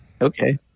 Okay